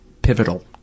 pivotal